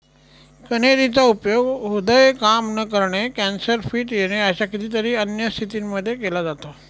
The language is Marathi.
कन्हेरी चा उपयोग हृदय काम न करणे, कॅन्सर, फिट येणे अशा कितीतरी अन्य स्थितींमध्ये केला जातो